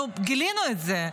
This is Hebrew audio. אנחנו גילינו את זה.